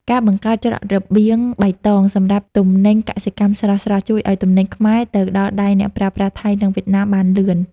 ការបង្កើត "ច្រករបៀងបៃតង"សម្រាប់ទំនិញកសិកម្មស្រស់ៗ ជួយឱ្យទំនិញខ្មែរទៅដល់ដៃអ្នកប្រើប្រាស់ថៃ និងវៀតណាមបានលឿន។